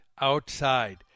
outside